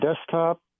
desktop